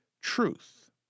truth